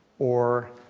or